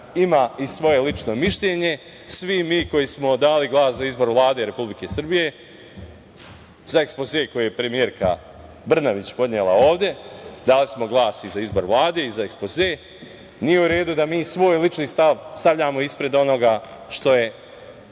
ima i svoje lično mišljenje, svi mi koji smo dali glas za izbor Vlade Republike Srbije, za ekspoze koji je premijerka Brnabić podnela ovde, dali smo glas i za izbor Vladi i za ekspoze, nije uredu da mi svoj lični stav stavljamo ispred onoga što je